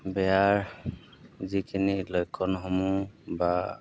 বেয়াৰ যিখিনি লক্ষণসমূহ বা